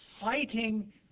fighting